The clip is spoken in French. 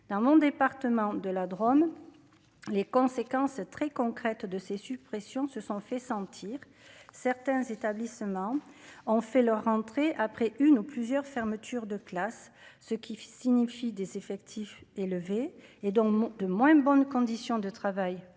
dans mon département de la Drôme, les conséquences très concrète de ces suppressions se sont fait sentir, certains établissements ont fait leur rentrée après une ou plusieurs fermetures de classes, ce qui signifie des effectifs élevés et dans de moins bonnes conditions de travail pour les